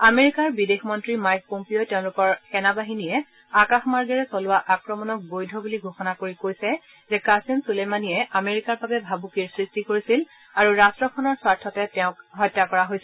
আমেৰিকাৰ বিদেশ মন্ত্ৰী মাইক পম্পিঅ'ই তেওঁলোকৰ সেনা বাহিনীয়ে আকাশমাৰ্গেৰে চলোৱা আক্ৰমণক বৈধ বুলি ঘোষণা কৰি কৈছে যে কাজিম চুলেমানীয়ে আমেৰিকাৰ বাবে ভাবুকিৰ সৃষ্টি কৰিছিল আৰু ৰট্টখনৰ স্বাৰ্থতে তেওঁক হত্যা কৰা হৈছে